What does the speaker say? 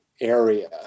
area